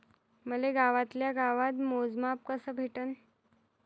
मले गावातल्या गावात मोजमाप कस भेटन?